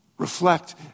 reflect